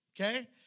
okay